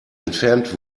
entfernt